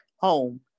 home